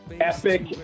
Epic